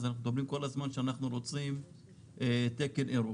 אנחנו מדברים כל הזמן שאנחנו רוצים תקן אירופי.